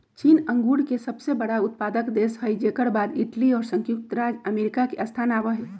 चीन अंगूर के सबसे बड़ा उत्पादक देश हई जेकर बाद इटली और संयुक्त राज्य अमेरिका के स्थान आवा हई